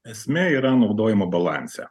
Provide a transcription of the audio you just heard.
esmė yra naudojimo balanse